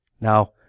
Now